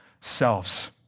selves